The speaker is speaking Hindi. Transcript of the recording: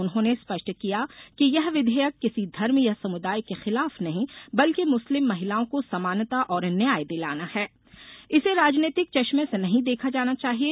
उन्होंने स्पष्ट किया कि यह विधेयक किसी धर्म या समुदाय के खिलाफ नहीं बल्कि मुस्लिम महिलाओं को समानता और न्याय दिलाना है इसे राजनीतिक चश्मे से नहीं देखा जाना चाहिये